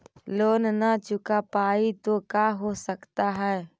Loan न चुका पाई तो का हो सकता है?